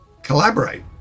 Collaborate